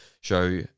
show